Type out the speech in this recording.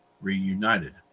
reunited